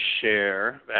share